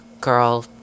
girl